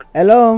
Hello